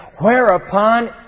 whereupon